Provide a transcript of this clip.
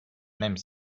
même